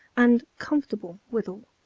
and comfortable withal,